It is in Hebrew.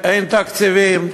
אין תקציבים.